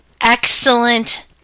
Excellent